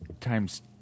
times